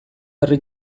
herri